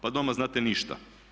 Pa doma znate ništa.